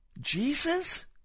Jesus